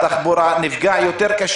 התעופה נפגעו קשה יותר.